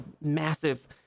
massive